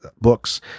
books